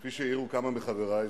כפי שהעירו כמה מחברי,